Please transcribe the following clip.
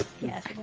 Yes